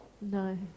No